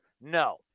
no